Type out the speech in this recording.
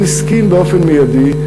והוא הסכים באופן מיידי,